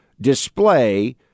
display